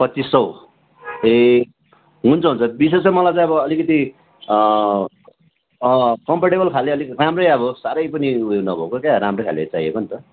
पच्चिस सौ ए हुन्छ हुन्छ विशेष चाहिँ मलाई चाहिँ अब अलिकति कम्फर्टेबल खाले अलिक राम्रै अब साह्रै पनि उयो नभएको क्या राम्रै खाल्के चाहिएको नि त